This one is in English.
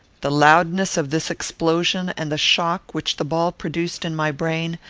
the loudness of this explosion, and the shock which the ball produced in my brain,